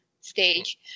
stage